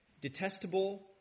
detestable